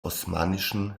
osmanischen